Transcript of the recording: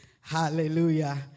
hallelujah